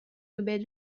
nobel